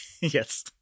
Yes